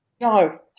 No